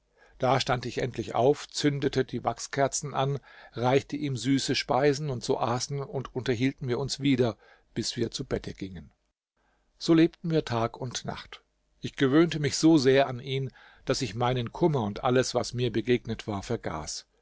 da stand ich endlich auf zündete die wachskerzen an reichte ihm süße speisen und so aßen und unterhielten wir uns wieder bis wir zu bette gingen so lebten wir tag und nacht ich gewöhnte mich so sehr an ihn daß ich meinen kummer und alles was mir begegnet war vergaß